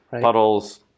puddles